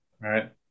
Right